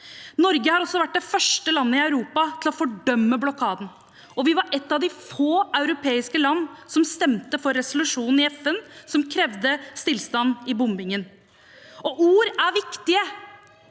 Norge var også det første landet i Europa til å fordømme blokaden, og vi var et av få europeiske land som stemte for resolusjonen i FN som krevde stillstand i bombingen. Jeg vil